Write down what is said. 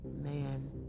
man